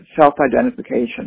self-identification